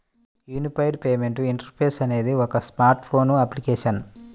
unified payment interface అనేది ఒక smart phone application